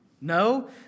No